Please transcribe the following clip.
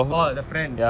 orh the friend